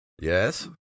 Yes